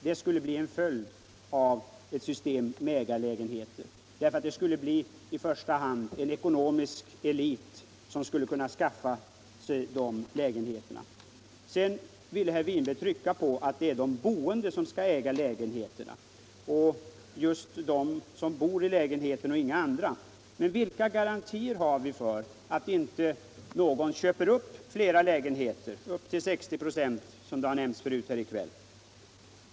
Det skulle bli en följd av ett system med ägarlägenheter, därför att det i första hand skulle bli en ekonomisk elit som kunde skaffa sig de lägenheterna. Herr Winberg tryckte på att det är de boende — just de som bor i lägenheterna och inga andra — som skall äga lägenheterna. Men vilka garantier har vi för att inte någon köper upp flera lägenheter upp till 60 96 som det har nämnts tidigare i kväll?